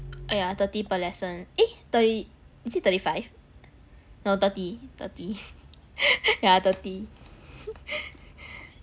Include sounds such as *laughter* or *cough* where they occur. oh yeah thirty per lesson eh thirty is it thirty five no thirty thirty *laughs* yeah thirty *laughs*